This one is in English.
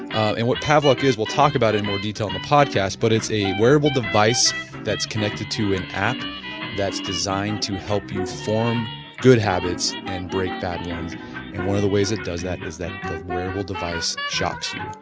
and what pavlok is we'll talk about in more detail in the podcast but it's a wearable device that's connected to an app that's designed to help you form good habits and break bad ones. and one of the ways it does that is that wearable devices shocks you.